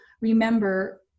remember